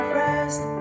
rest